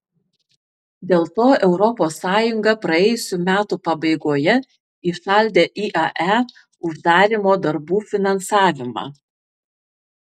dėl to europos sąjunga praėjusių metų pabaigoje įšaldė iae uždarymo darbų finansavimą